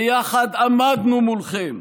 ביחד עמדנו מולכם,